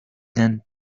dent